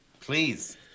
Please